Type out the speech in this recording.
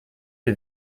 est